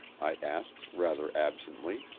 i asked rather absently.